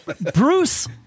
Bruce